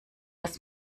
dass